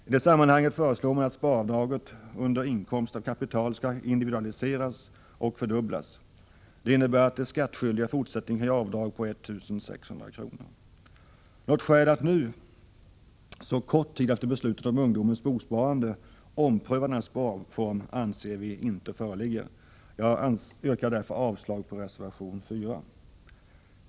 I det sammanhanget föreslår man att sparavdraget under inkomst av kapital skall individualiseras och fördubblas. Det innebär att de skattskyldiga i fortsättningen kan göra ett avdrag på 1 600 kr. Något skäl att nu, så kort tid efter beslutet om ungdomens bosparande, ompröva denna sparform anser vi inte föreligger. Jag yrkar därför avslag på reservation 4.